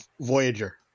Voyager